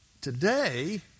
today